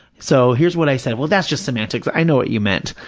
so here's what i said. well, that's just semantics, i know what you meant.